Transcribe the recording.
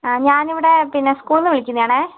ആ ഞാനിവിടെ പിന്നെ സ്കൂളിൽ നിന്ന് വിളിക്കുന്നതാണേ